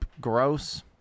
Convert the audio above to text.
gross